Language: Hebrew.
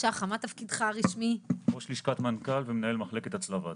אני ראש לשכת מנכ"ל ומנהל מחלקת הצלב האדום.